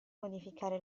modificare